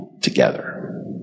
together